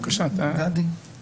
אני מברך על הדיון הזה,